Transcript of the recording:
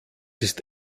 ist